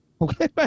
Okay